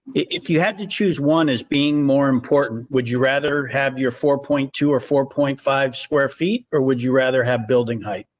if you had to choose one is being more important, would you rather have your four point two or four point five square feet or would you rather have building heights?